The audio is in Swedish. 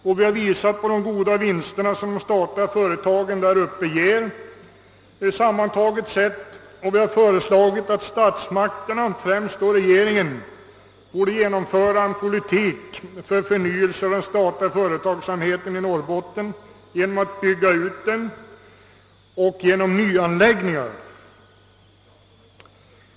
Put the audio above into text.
Vi påvisade också de goda vinster som de statliga företagen i sin helhet har givit. Vi föreslog att statsmakterna, främst regeringen, skulle börja föra en politik som gick ut på en förnyelse av den statliga företagsamheten i Norrbotten. Detta kan ske genom nybyggnader och nyanläggningar.